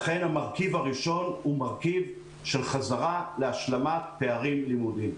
לכן המרכיב הראשון הוא מרכיב של חזרה להשלמת פערים לימודיים.